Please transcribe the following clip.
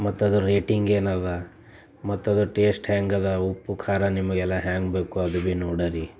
ಮತ್ತು ಅದ್ರ ರೇಟಿಂಗ್ ಏನು ಇದೆ ಮತ್ತು ಅದು ಟೇಸ್ಟ್ ಹೆಂಗಿದೆ ಉಪ್ಪು ಖಾರ ನಿಮಗೆಲ್ಲ ಹೆಂಗೆ ಬೇಕು ಅದು ಭೀ ನೋಡರಿ